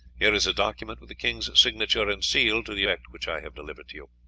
here is a document with the king's signature and seal to the effect which i have delivered to you.